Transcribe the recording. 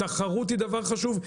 תחרות היא דבר חשוב,